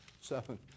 seven